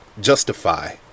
justify